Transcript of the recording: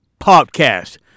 podcast